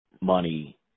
money